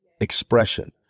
expression